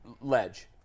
ledge